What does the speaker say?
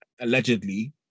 allegedly